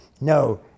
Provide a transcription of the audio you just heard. No